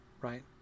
Right